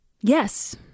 yes